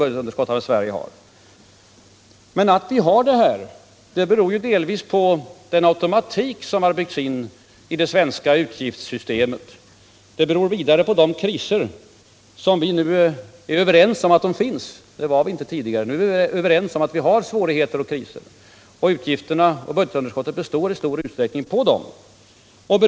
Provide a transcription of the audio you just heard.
Men vårt läge beror ju delvis på den automatik som byggts in i det svenska utgiftssystemet, vidare på den kris som vi nu är överens om existerar. Utgifterna och budgetunderskottet grundar sig också i stor utsträckning på detta.